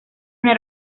una